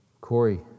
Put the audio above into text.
Corey